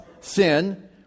sin